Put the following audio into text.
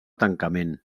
tancament